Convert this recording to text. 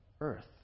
earth